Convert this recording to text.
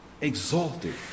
exalted